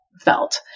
felt